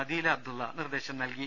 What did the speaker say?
അദീലൂ അബ്ദുള്ള നിർദേശം നൽകി